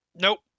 Nope